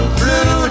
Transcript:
blue